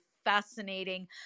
fascinating